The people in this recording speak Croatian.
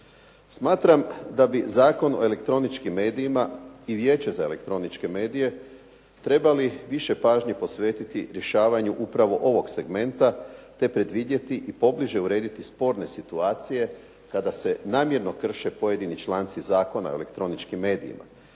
Smatram da bi Zakon o elektroničkim medijima i Vijeće za elektroničke medije trebali više pažnje posvetiti rješavanju upravo ovog segmenta te predvidjeti i pobliže urediti sporne situacije kada se namjerno krše pojedini članci Zakona o elektroničkim medijima,